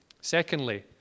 Secondly